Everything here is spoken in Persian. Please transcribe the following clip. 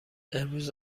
امروز